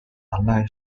allied